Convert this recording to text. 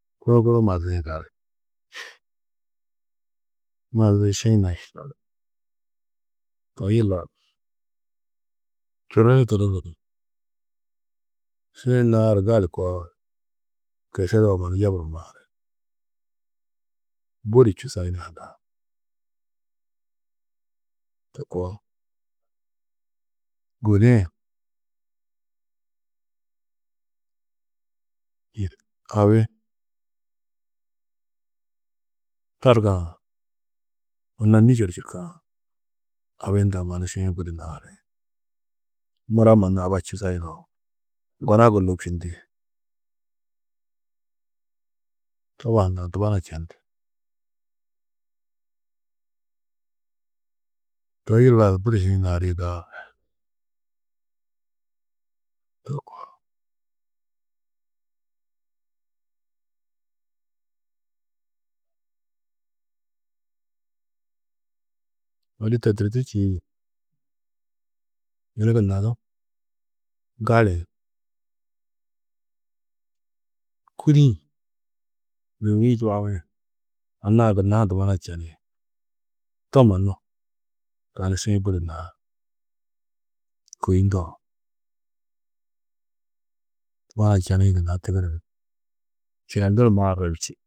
Kunu kunu mazié gali. Mazi šiĩ naĩ toi yilla du čirri hi tuduzu ni šiĩ naaru gali koo kešed-ã mannu yeburu maari. Budi čûsa yilla daar tokoo. Gudi-ĩ abi targa-ã anna Nîger čûka abi hundã maanu šiĩ budi naari. Mura mannu aba čûsa yidao. Gona gôlobčindi, doba hundã dubana čendi. Toi yilla du budi šiĩ naarîe daaru to koo. Odu to tûrtu čîidi yunu gunna du galĩ, kûdi-ĩ dûudi-ĩ čibabi anna-ã gunna ha dubana čeni to mannu tani budi šiĩ naar. Kôi ndo dubana čenĩ gunna tigiri ni šeelduru maardo ni čî.